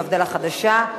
מפד"ל החדשה.